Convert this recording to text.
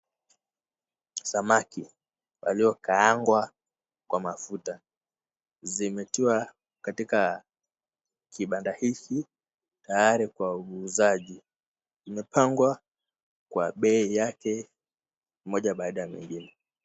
Samaki waliokaangwa kwa mafuta. Wametiwa katika kibanda hiki tayari kwa uuzaji. Wamepangwa kwa bei yao moja baada ya mwingine.